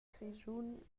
grischun